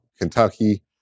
Kentucky